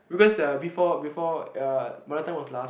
because uh before before uh mother tongue was last